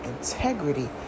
integrity